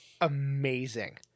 amazing